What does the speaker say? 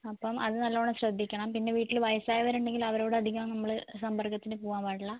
അപ്പം അത് നല്ലവണ്ണം ശ്രദ്ധിക്കണം പിന്നെ വീട്ടിൽ വയസ്സായവരുണ്ടെങ്കിൽ അവരോട് അധികം നമ്മൾ സമ്പർക്കത്തിന് പോകാൻ പാടില്ല